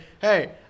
hey